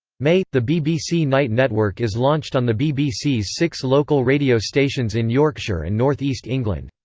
may the bbc night network is launched on the bbc's six local radio stations in yorkshire and north east england.